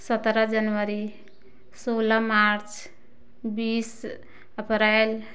सत्रह जनवरी सोलह मार्च बीस अप्रैल